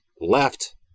left